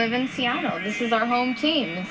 live in seattle this is our home team